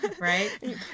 right